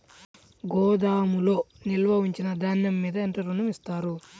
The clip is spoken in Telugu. గోదాములో నిల్వ ఉంచిన ధాన్యము మీద ఎంత ఋణం ఇస్తారు?